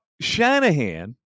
Shanahan